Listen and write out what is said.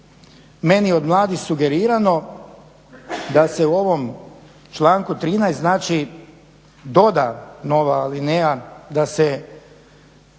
meni od mladih sugerirano da se u ovom članku 13., znači doda nova alineja, da se